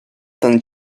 ten